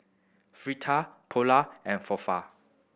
Fajitas Pulao and Falafel